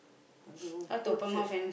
go go to church